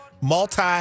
multi